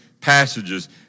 passages